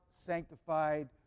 sanctified